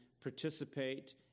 participate